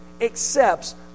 accepts